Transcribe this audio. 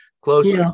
close